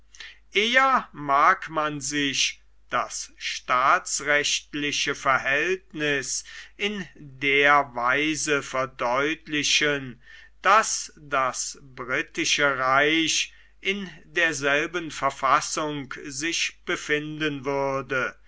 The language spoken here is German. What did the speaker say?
eher mag man sich das staatsrechtliche verhältnis in der weise verdeutlichen daß das britische reich in derselben verfassung sich befinden würde